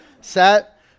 Set